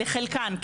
לחלקן,